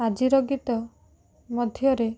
ଆଜିର ଗୀତ ମଧ୍ୟରେ